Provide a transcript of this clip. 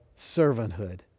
servanthood